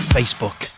Facebook